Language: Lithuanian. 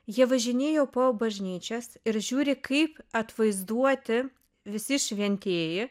jie važinėjo po bažnyčias ir žiūri kaip atvaizduoti visi šventieji